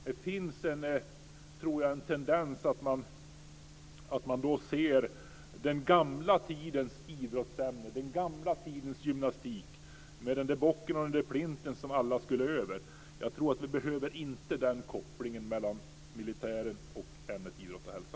Det finns en tendens att se den gamla tidens idrottsämne, gymnastik, med bocken och plinten som alla skulle över. Vi behöver inte den kopplingen mellan militären och ämnet idrott och hälsa.